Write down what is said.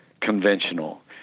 conventional